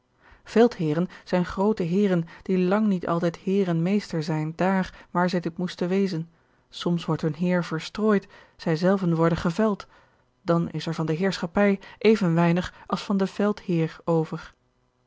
veldheeren zijn groote heeren die lang niet altijd heer en meester zijn dààr waar zij dit moesten wezen soms wordt hun heer verstrooid zij zelven worden geveld dan is er van de heerschappij even weinig als van den veldheer over